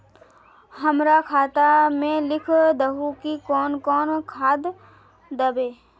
हमरा खाता में लिख दहु की कौन कौन खाद दबे?